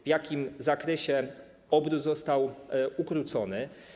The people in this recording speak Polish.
W jakim zakresie obrót został ukrócony?